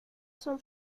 son